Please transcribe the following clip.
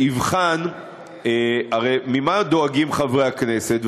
יבחן הרי ממה דואגים חברי הכנסת,